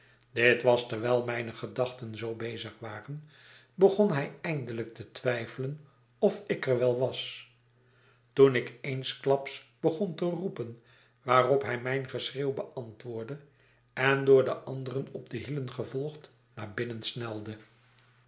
mijne gedachten zoo bezig war en begon hij eindelijk te twijfelen of ik er wel was toen ik eensklaps begon te roepen waarop hij mijn geschreeuw beantwoordde en door de anderen op de hielen gevolgd naar binnen snelde